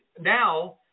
now